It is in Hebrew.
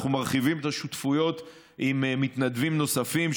אנחנו מרחיבים את השותפויות עם מתנדבים נוספים,